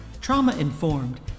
trauma-informed